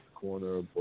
Corner